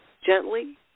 Gently